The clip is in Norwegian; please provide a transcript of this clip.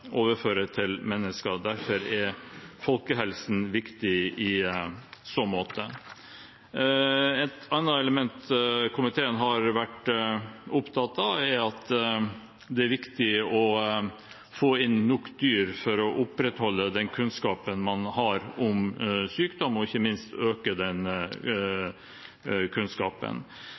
til mennesker, og folkehelsen er derfor viktig i så måte. Et annet element komiteen har vært opptatt av, er at det er viktig å få inn nok dyr for å opprettholde den kunnskapen man har om sykdom og ikke minst øke den